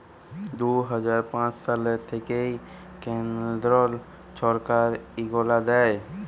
দু হাজার পাঁচ সাল থ্যাইকে কেলদ্র ছরকার ইগলা দেয়